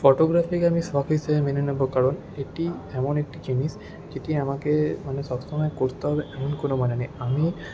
ফটোগ্রাফিকে আমি সখ হিসাবে মেনে নেবো কারণ এটি এমন একটি জিনিস যেটি আমাকে মানে সব সময় করতে হবে এমন কোনো মানে নেই আমি